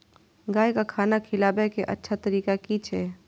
गाय का खाना खिलाबे के अच्छा तरीका की छे?